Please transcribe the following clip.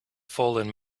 fallen